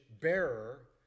bearer